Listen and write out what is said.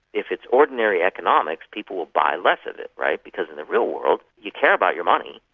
if it's ordinary economics, people will buy less of it, right? because in the real world you care about your money,